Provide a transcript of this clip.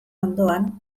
ondoan